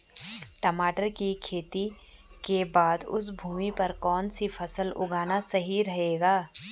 टमाटर की खेती के बाद उस भूमि पर कौन सी फसल उगाना सही रहेगा?